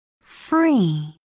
Free